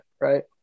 right